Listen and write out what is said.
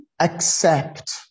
accept